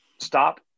stop